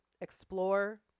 explore